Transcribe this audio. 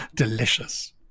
Delicious